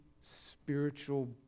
spiritual